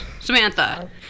Samantha